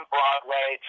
Broadway